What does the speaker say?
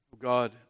God